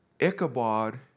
Ichabod